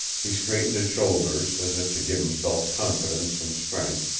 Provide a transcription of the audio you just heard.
he straightened his shoulders, as if to give himself confidence and strength,